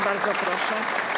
Bardzo proszę.